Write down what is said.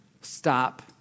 stop